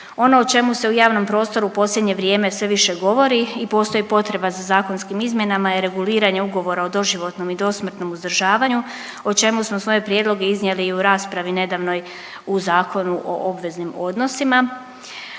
Ono o čemu se u javnom prostoru u posljednje vrijeme sve više govori i postoji potreba za zakonskim izmjenama i reguliranje ugovora o doživotnom i dosmrtnom uzdržavanju, o čemu smo svoje prijedloge iznijeli i u raspravi nedavnoj u Zakonu o obveznim odnosima.